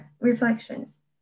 reflections